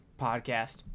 podcast